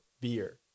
beer